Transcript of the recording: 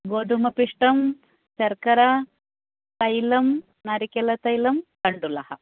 गोधूमपिष्टम् शर्करा तैलं नारिकेल तैलं तण्डुलः